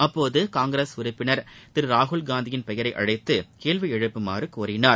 அப்போது காங்கிரஸ் உறுப்பினர் திரு ராகுல்காந்தி பெயரை அழைத்து கேள்வி எழுப்புமாறு கோரினார்